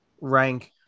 rank